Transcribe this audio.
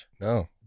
No